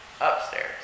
Upstairs